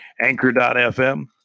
Anchor.fm